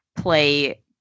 play